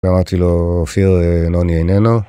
ואמרתי לו, אופיר, נוני איננו.